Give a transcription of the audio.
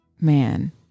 man